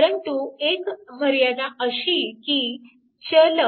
परंतु एक मर्यादा अशी की चल